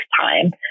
time